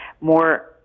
more